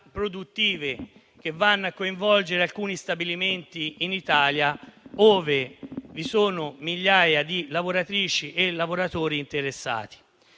produttive, che vanno a coinvolgere alcuni stabilimenti in Italia ove vi sono migliaia di lavoratrici e lavoratori interessati.